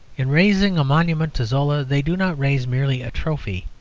in raising a monument to zola they do not raise merely a trophy,